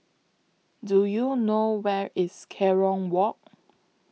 Do YOU know Where IS Kerong Walk